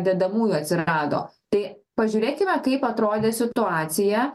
dedamųjų atsirado tai pažiūrėkime kaip atrodė situacija